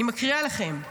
אני מקריאה לכם: